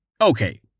Okay